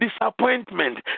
disappointment